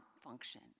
function